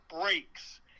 breaks